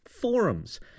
Forums